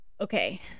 Okay